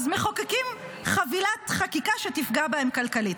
אז מחוקקים חבילת חקיקה שתפגע בהם כלכלית,